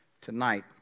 tonight